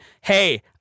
Hey